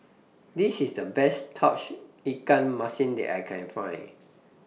This IS The Best Tauge Ikan Masin that I Can Find